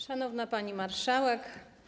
Szanowna Pani Marszałek!